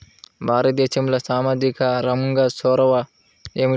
భారతదేశంలో సామాజిక రంగ చొరవ ఏమిటి?